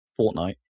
Fortnite